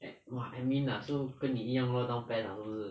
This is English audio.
ad~ !wah! admin ah so 跟你一样 lor down PES ah 就是